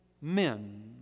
men